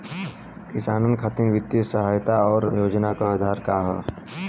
किसानन खातिर वित्तीय सहायता और योजना क आधार का ह?